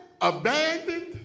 abandoned